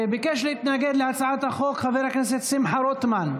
ביקש להתנגד להצעת החוק חבר הכנסת שמחה רוטמן.